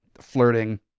flirting